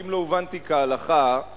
אם לא הובנתי כהלכה,